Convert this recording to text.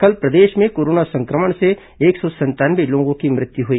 कल प्रदेश में कोरोना संक्रमण से एक सौ संतानवे लोगों की मृत्यु हुई